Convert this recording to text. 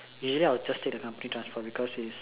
usually I would just take the company transport because it is